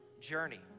journey